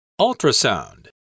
Ultrasound